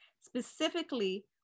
Specifically